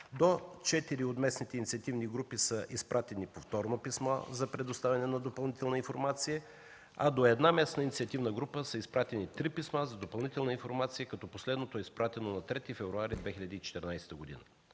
от местните инициативни групи са изпратени повторно писма за предоставяне на допълнителна информация, а до една местна инициативна група са изпратени три писма за допълнителна информация, като последното е изпратено на 3 февруари 2014 г.